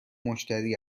مشتری